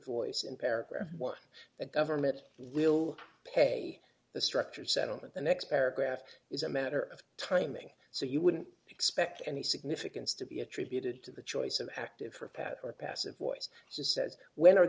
the government lil pay the structured settlement the next paragraph is a matter of timing so you wouldn't expect any significance to be attributed to the choice of active for pat or passive voice says when are